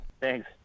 Thanks